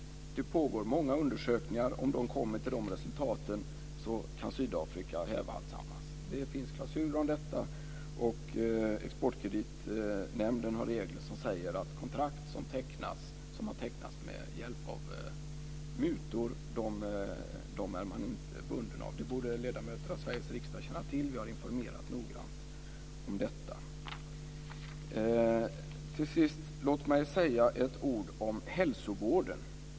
Det pågår många undersökningar. Om de kommer till de resultaten kan Sydafrika häva alltsammans. Det finns klausuler om detta, och Exportkreditnämnden har regler som säger att man inte är bunden av kontrakt som har tecknats med hjälp av mutor. Det borde ledamöter av Sveriges riksdag känna till. Vi har informerat noggrant om detta. Låt mig till sist säga ett ord om hälsovården.